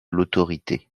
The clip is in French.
l’autorité